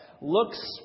looks